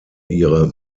ihre